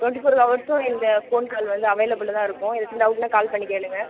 twenty four ஹவர்ஸும் இங்கே phone call வந்து அவைலபுள்ல தான் இருக்கும் எதாச்சும் டவுட்ன்னா கால் பண்ணி கேளுங்கள்